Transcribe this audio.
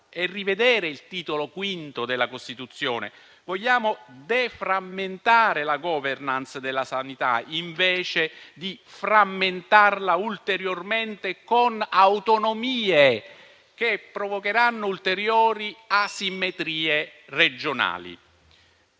e rivedere il Titolo V della Costituzione. Vogliamo deframmentare la *governance* della sanità invece di frammentarla ulteriormente con autonomie che provocheranno ulteriori asimmetrie regionali?